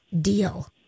deal